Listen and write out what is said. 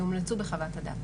שהומלצו בחוות הדעת.